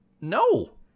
no